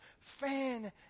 fan